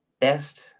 best